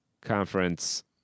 conference